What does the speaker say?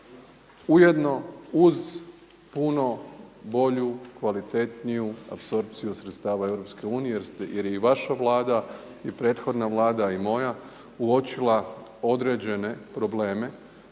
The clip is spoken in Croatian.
ujedno uz puno bolju, kvalitetniju apsorpciju sredstava EU jer je i vaša vlada i prethodna vlada i moja uočila određene probleme